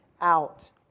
out